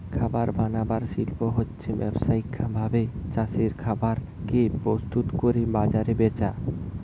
খাবার বানানার শিল্প হচ্ছে ব্যাবসায়িক ভাবে চাষের খাবার কে প্রস্তুত কোরে বাজারে বেচা